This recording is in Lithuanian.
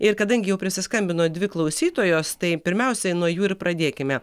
ir kadangi jau prisiskambino dvi klausytojos tai pirmiausia nuo jų ir pradėkime